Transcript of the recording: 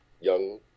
young